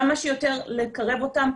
כמה שיותר לקרב אותם.